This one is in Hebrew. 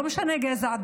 לא משנה גזע,